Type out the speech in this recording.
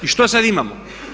I što sada imamo?